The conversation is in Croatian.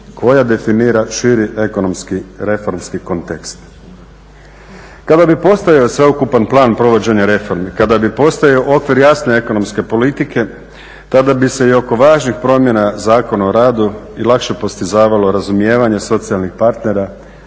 koja definira širi ekonomski reformski kontekst. Kada bi postojao sveobuhvatan plan provođenja reformi, kada bi postojao okvir jasne ekonomske politike tada bi se i oko važnih promjena Zakona o radu i lakše postizavalo razumijevanje socijalnih partnera,